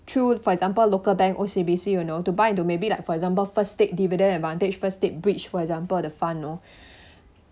through for example local bank O_C_B_C you know to buy into maybe like for example first state dividend advantage first state bridge for example the fund you know